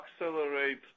accelerate